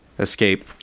escape